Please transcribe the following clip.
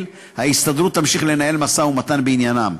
ההסתדרות תמשיך לנהל משא-ומתן בעניינם.